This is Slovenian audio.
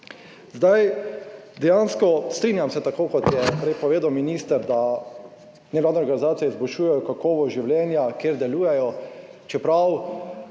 Zdaj, dejansko strinjam se, tako kot je prej povedal minister, da nevladne organizacije izboljšujejo kakovost življenja, kjer delujejo, čeprav